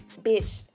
bitch